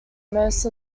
most